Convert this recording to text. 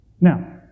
Now